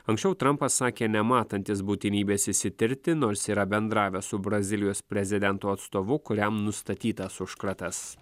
anksčiau trampas sakė nematantis būtinybės išsitirti nors yra bendravęs su brazilijos prezidento atstovu kuriam nustatytas užkratas